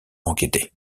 enquêter